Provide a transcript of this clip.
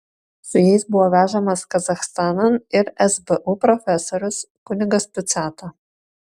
su jais buvo vežamas kazachstanan ir sbu profesorius kunigas puciata